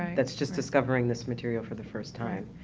that's just discovering this material for the first time.